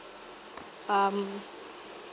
um